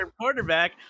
quarterback